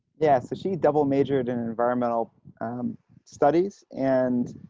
yeah. so she double majored in environmental studies and